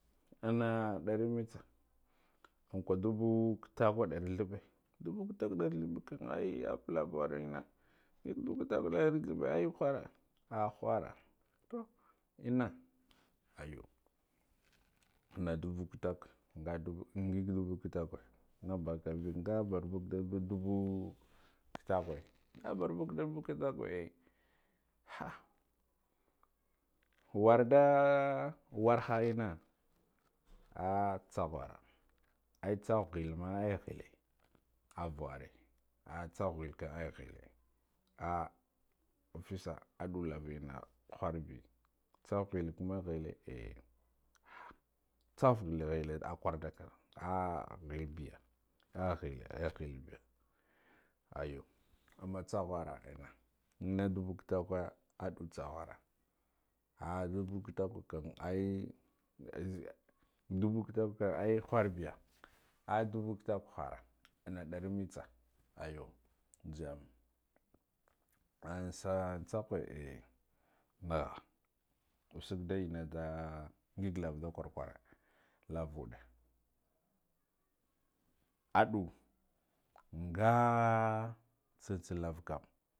Anna dari mitsa ankura duba kita kui daba kitakuu dari thabbe duba kita kue dari thabbe kan ai ava lava wara enna ngig duba kita kuu dari thabbe ai khira ah khura, to enna ayu ana dubu kitakur nga duba ngig duba kitakwe nahabakabe nga barbug dubu dubu kitakare nabarbaga daba kitakure eh ha ah, warda warha enna ah tsakhura ai tsahhu khel ma ai khela ava wore tsa'kh khele mai ai khele ah offescer aduwa enna kharbe tsakh khel kama khelle eh ha ah, tsakhu khelle khele a kwar da kwar ah ngabiya ah khelle ah ah khelle biya aya amma tsakhera enna ammadabu kitakwe adu tsakhera a duba kitakwe kandai duba kitakwe kam ai khur biye ah duba kitakwe khura anna dari mitsa ayu zeyam, an sa tsakhew en an usag da enna da ngig lava pda kwar kwara lava wadde, adu nga tsa tsan lavakan.